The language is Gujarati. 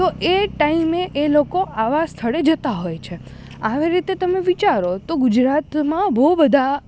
તો એ ટાઈમે એ લોકો આવાં સ્થળે જતા હોય છે આવી રીતે તમે વિચારો તો ગુજરાતમાં બહુ બધા